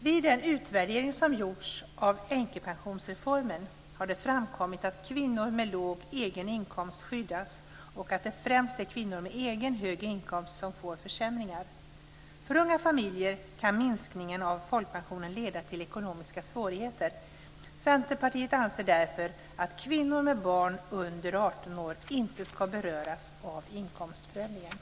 Vid den utvärdering som gjorts av änkepensionsreformen har det framkommit att kvinnor med låg egen inkomst skyddas och att det främst är kvinnor med egen hög inkomst som får försämringar. För unga familjer kan minskningen av folkpensionen leda till ekonomiska svårigheter. Centerpartiet anser därför att kvinnor med barn under 18 år inte ska beröras av inkomstprövningen.